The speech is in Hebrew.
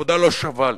העבודה לא שווה לי.